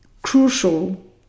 crucial